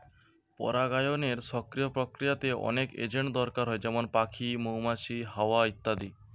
পরাগায়নের সক্রিয় প্রক্রিয়াতে অনেক এজেন্ট দরকার হয় যেমন পাখি, মৌমাছি, হাওয়া ইত্যাদি